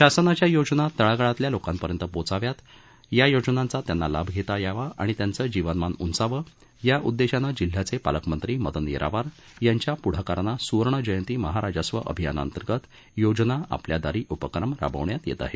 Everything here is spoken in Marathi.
शासनाच्या योजना तळागाळातल्या लोकांपर्यंत पोहचाव्यात या योजनांचा त्यांना लाभ घेता यावा आणि त्यांचं जीवनमान उंचवावं या उद्देशानं यवतमाळ जिल्ह्याचे पालकमंत्री मदन येरावार यांच्या पुढाकारानं सूवर्ण जयंती महाराजस्व अभियानांतर्गत योजना आपल्या दारी उपक्रम राबविण्यात येत आहे